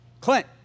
Clint